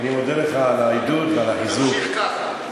אני מודה לך על העידוד ועל החיזוק, תמשיך כך.